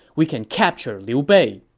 we can capture liu bei.